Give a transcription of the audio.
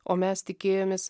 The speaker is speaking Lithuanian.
o mes tikėjomės